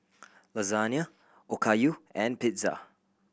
Lasagne Okayu and Pizza